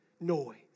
noise